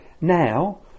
now